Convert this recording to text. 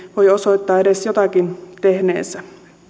voi osoittaa edes jotakin tehneensä